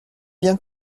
bien